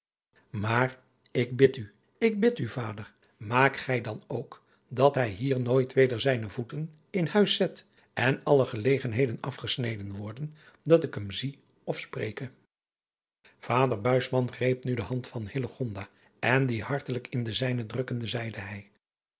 maar ik bid u ik bid u vader maak gij dan ook dat hij hier nooit weder zijne voeten in huis zet en alle gelegenheden afgesneden worden dat ik hem zie of spreke vader buisman greep nu de hand van hillegonda en die hartelijk in de zijne drukkende zeide hij